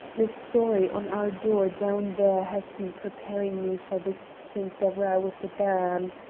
the story on our door down there has been preparing me for this since ever i was a bairn.